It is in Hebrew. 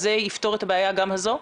אז זה יפתור את הבעיה גם הזו?